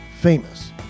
famous